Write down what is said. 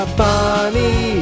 funny